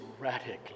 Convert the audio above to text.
radically